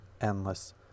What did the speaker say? endless